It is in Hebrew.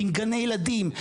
עם גני ילדים,